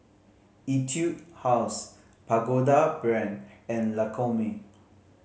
Etude House Pagoda Brand and Lancome